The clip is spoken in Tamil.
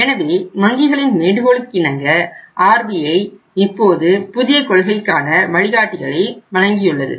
எனவே வங்கிகளின் வேண்டுகோளுக்கிணங்க RBI இப்போது புதிய கொள்கைக்கான வழிகாட்டிகளை வழங்கியுள்ளது